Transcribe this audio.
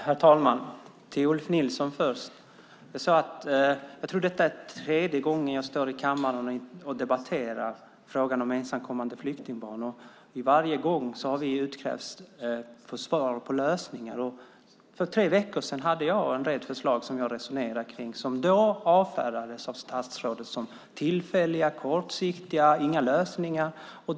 Herr talman! Först vill jag säga till Ulf Nilsson att jag tror att det är tredje gången jag står i kammaren och debatterar frågan om ensamkommande flyktingbarn. Varje gång har vi avkrävts svar på lösningar. För tre veckor sedan hade jag en del förslag som jag resonerade kring. Dessa förslag avfärdades av statsrådet som tillfälliga och kortsiktiga och inte som några lösningar alls.